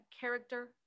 character